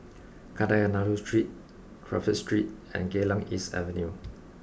Kadayanallur Street Crawford Street and Geylang East Avenue